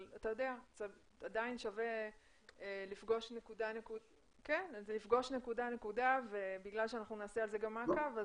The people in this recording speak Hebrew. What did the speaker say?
אבל עדיין שווה לפגוש נקודה-נקודה ובגלל שאנחנו נעשה על זה גם מעקב,